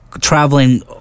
traveling